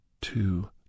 two